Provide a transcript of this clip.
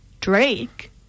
Drake